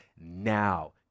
now